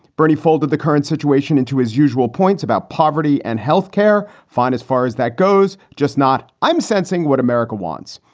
bernie folded the current situation into his usual points about poverty and health care. fine as far as that goes. just not. i'm sensing what america wants.